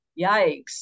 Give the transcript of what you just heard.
Yikes